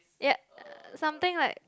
ya something like